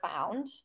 found